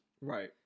Right